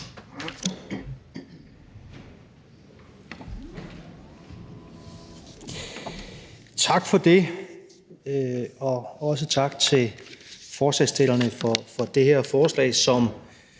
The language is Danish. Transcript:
Tak for det. Og også tak til forslagsstillerne for det her forslag, som